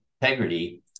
integrity